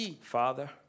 Father